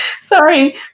Sorry